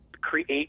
create